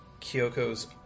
Kyoko's